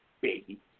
baby